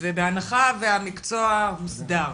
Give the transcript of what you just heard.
ובהנחה והמקצוע הוסדר,